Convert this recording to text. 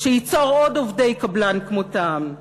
שייצור עוד עובדי קבלן כמותם.